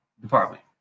department